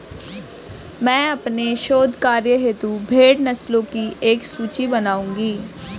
मैं अपने शोध कार्य हेतु भेड़ नस्लों की एक सूची बनाऊंगी